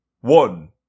One